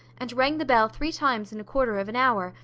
and rang the bell three times in a quarter of an hour,